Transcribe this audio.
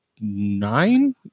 nine